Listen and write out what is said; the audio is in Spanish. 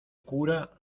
cura